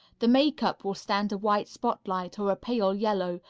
the makeup will stand a white spotlight or a pale yellow,